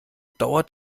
dauert